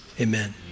amen